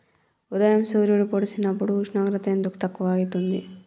ఉదయం సూర్యుడు పొడిసినప్పుడు ఉష్ణోగ్రత ఎందుకు తక్కువ ఐతుంది?